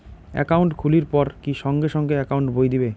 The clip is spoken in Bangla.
একাউন্ট খুলির পর কি সঙ্গে সঙ্গে একাউন্ট বই দিবে?